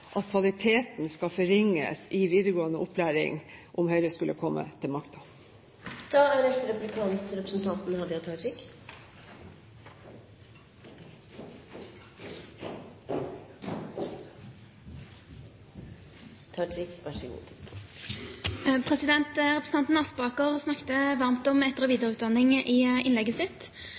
at kvaliteten skal forringes i videregående opplæring om Høyre skulle komme til makten. Representanten Aspaker snakket varmt om etter- og videreutdanning i innlegget sitt.